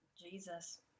Jesus